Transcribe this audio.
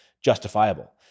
justifiable